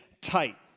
tight